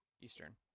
eastern